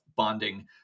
bonding